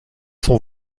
son